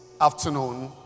afternoon